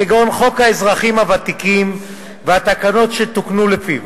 כגון חוק האזרחים הוותיקים והתקנות שתוקנו לפיו,